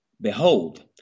Behold